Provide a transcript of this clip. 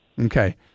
okay